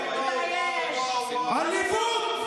עליבות.